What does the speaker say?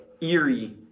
eerie